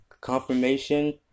confirmation